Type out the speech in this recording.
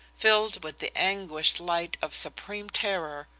filled with the anguished light of supreme terror,